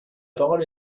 parole